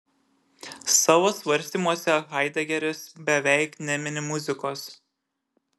savo svarstymuose haidegeris beveik nemini muzikos